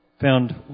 found